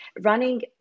running